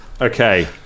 Okay